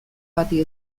bati